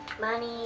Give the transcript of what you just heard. money